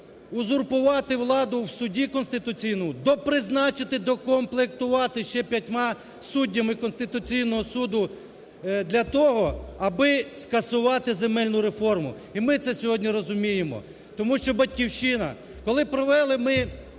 узурпувати владу у Суді Конституційному, допризначити, докомплектувати ще п'ятьма суддями Конституційного Суду для того, аби скасувати земельну реформу. І ми це сьогодні розуміємо. Тому що "Батьківщина", коли провели ми